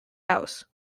house